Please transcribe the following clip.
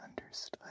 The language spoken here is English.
understood